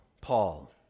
Paul